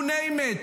You name it.